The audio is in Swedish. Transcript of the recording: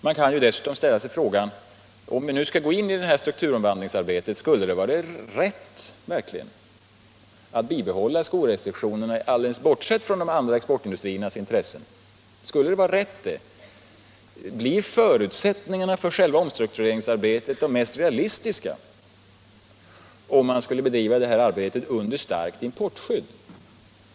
Man kan dessutom ställa sig frågan: Om vi skall gå in i det här strukturomvandlingsarbetet, skulle det då verkligen vara rätt att — alldeles bortsett från de andra exportindustriernas intressen — bibehålla skorestriktionerna? Blir förutsättningarna för själva omstruktureringsarbetet de mest realistiska, om man bedriver det arbetet under importskydd?